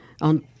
on